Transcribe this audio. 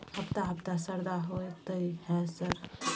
हफ्ता हफ्ता शरदा होतय है सर?